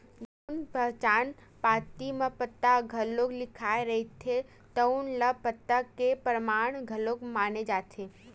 जउन पहचान पाती म पता घलो लिखाए रहिथे तउन ल पता के परमान घलो माने जाथे